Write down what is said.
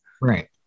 Right